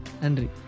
Henry